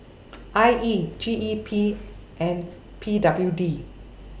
I E G E P and P W D